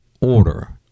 order